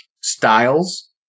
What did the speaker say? styles